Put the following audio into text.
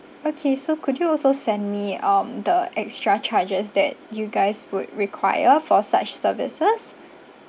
okay so could you also send me um the extra charges that you guys would require for such services